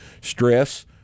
stress